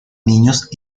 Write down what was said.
niños